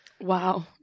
Wow